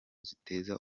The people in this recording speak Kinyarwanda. ziteza